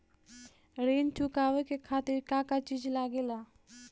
ऋण चुकावे के खातिर का का चिज लागेला?